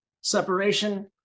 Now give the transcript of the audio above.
separation